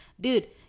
dude